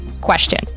question